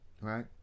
right